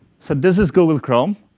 so this is google chrome.